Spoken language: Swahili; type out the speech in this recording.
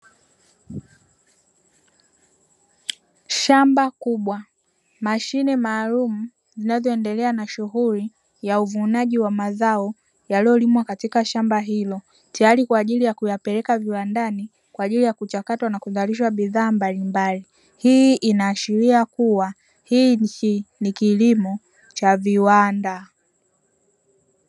Shamba kubwa, mashine maalumu zinazoendelea na shughuli ya uvunaji wa mazao yaliyolimwa katika shamba hilo. Tayari kwa ajili ya kuyapeleka viwandani kwa ajili ya kuzalisha bidhaa mbalimbali. Hii inaashiria kuwa hichi ni kilimo cha viwanda.